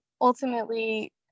ultimately